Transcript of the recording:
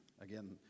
again